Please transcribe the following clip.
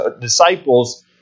disciples